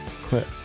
quit